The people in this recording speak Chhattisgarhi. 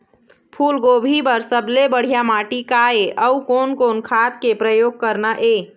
फूलगोभी बर सबले बढ़िया माटी का ये? अउ कोन कोन खाद के प्रयोग करना ये?